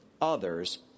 others